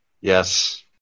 Yes